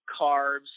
carbs